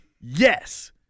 Yes